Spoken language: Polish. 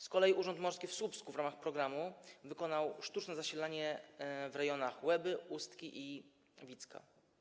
Z kolei Urząd Morski w Słupsku w ramach programu wykonał sztuczne zasilanie w rejonach Łeby, Ustki i Wicia.